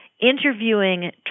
interviewing